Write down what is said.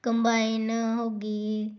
combine ਹੋ ਗਈ